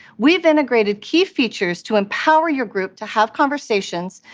we've integrated key features to empower your group to have conversations,